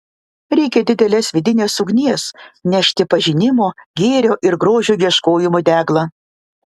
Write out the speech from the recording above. reikia didelės vidinės ugnies nešti pažinimo gėrio ir grožio ieškojimo deglą